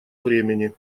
времени